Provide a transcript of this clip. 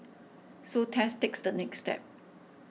so Tess takes the next step